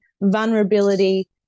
vulnerability